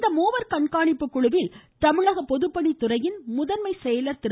இந்த மூவர் கண்காணிப்பு குழுவில் தமிழக பொதுப்பணித்துறை முதன்மை செயலர் திரு